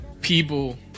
people